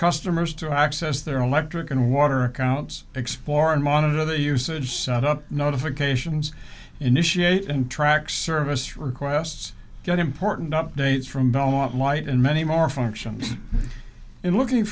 customers to access their electric and water accounts explore and monitor their usage set up notifications initiate and track service requests get important updates from belmont light and many more functions in looking